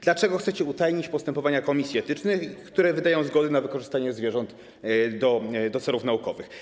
Dlaczego chcecie utajnić postępowania komisji etycznych, które wydają zgodę na wykorzystanie zwierząt do celów naukowych?